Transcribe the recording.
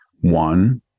One